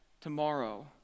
tomorrow